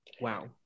Wow